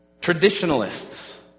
Traditionalists